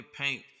paint